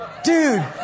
Dude